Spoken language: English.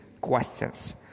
questions